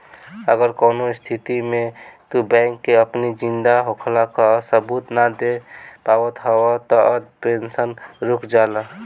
अगर कवनो स्थिति में तू बैंक के अपनी जिंदा होखला कअ सबूत नाइ दे पावत हवअ तअ पेंशन रुक जाला